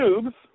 tubes